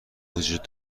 وجود